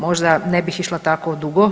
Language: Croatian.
Možda ne bih išla tako dugo?